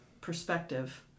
perspective